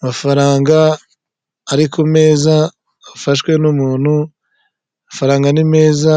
Amafaranga ari ku meza afashwe n'umuntu, amafaranga ni meza